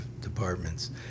departments